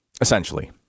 essentially